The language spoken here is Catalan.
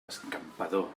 escampador